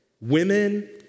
women